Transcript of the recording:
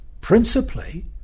principally